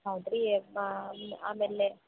ಹೌದು ರೀ ಆಮೇಲೆ